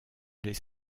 les